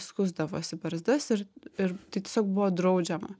skusdavosi barzdas ir ir tai tiesiog buvo draudžiama